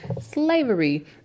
slavery